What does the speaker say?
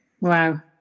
wow